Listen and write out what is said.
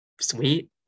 sweet